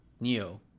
Neo